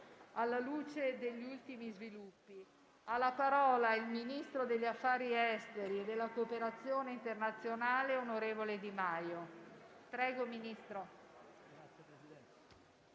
alla luce degli ultimi sviluppi». Ha facoltà di parlare il ministro degli affari esteri e della cooperazione internazionale, onorevole Di Maio.